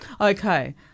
Okay